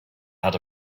out